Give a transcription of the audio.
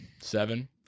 Seven